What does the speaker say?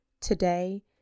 today